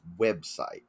website